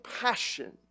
passion